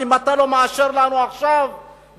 אם אתה לא מאשר לנו עכשיו בחוק,